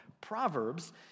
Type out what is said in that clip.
Proverbs